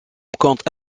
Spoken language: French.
compte